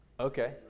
Okay